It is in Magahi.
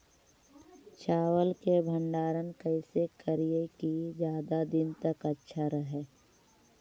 चावल के भंडारण कैसे करिये की ज्यादा दीन तक अच्छा रहै?